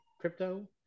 crypto